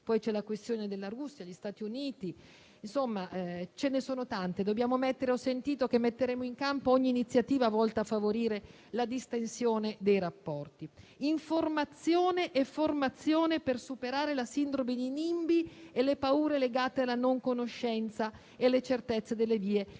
Poi c'è la questione della Russia e degli Stati Uniti. Insomma, ce ne sono tante. Ho sentito che metteremo in campo ogni iniziativa volta a favorire la distensione dei rapporti. Informazione e formazione per superare la sindrome da NIMBY e le paure legate alla non conoscenza e certezze sulle vie da